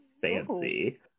fancy